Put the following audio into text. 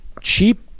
cheap